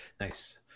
Nice